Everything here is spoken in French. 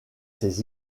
ses